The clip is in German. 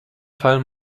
fall